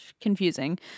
confusing